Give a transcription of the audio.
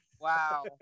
Wow